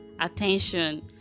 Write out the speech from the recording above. attention